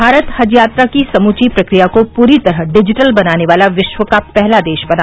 भारत हज यात्रा की समूची प्रक्रिया को पूरी तरह डिजिटल बनाने वाला विश्व का पहला देश बना